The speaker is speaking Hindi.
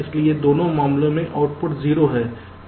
इसलिए दोनों मामलों में आउटपुट 0 है